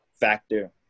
factor